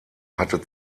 hatte